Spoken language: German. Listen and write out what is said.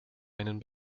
einen